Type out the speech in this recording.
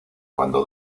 cuando